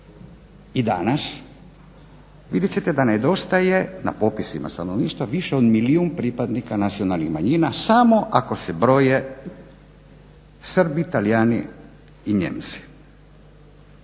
i danas, vidjet ćete da nedostaje na popisima stanovništva više od milijuna pripadnika nacionalnih manjina samo ako se broje Srbi, Talijani i Nijemci.